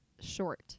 short